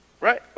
right